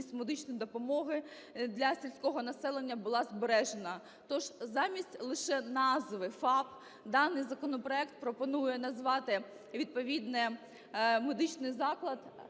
медичної допомоги для сільського населення була збережена. Тож замість лише назви "ФАП" даний законопроект пропонує назвати відповідно медичний заклад: